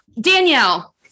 Danielle